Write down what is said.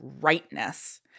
rightness